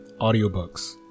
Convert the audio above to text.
audiobooks